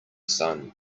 son